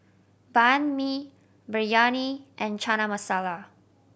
Banh Mi Biryani and Chana Masala